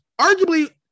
arguably